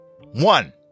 one